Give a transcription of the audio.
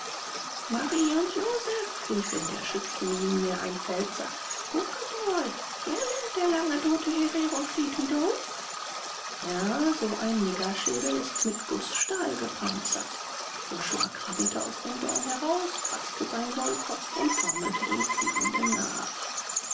mari und joseph rief in der schützenlinie ein pfälzer gucke mal gelle der lange tote herero steht wieder uff ja so ein niggerschädel ist mit gußstahl gepanzert josua krabbelte aus den dornen heraus kratzte seinen wollkopf und taumelte den fliehenden nach